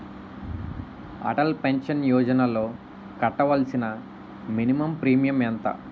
Atal pension యోజనలో కట్టవలసిన minimum premium ఎంత?